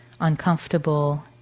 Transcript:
uncomfortable